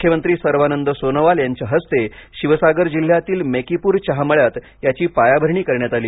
मुख्यमंत्री सर्वानंद सोनोवाल यांच्या हस्ते शिवसागर जिल्ह्यातील मेकीपूर चहा मळ्यात याची पायाभरणी करण्यात आली